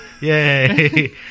Yay